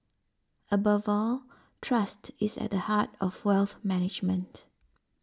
above all trust is at the heart of wealth management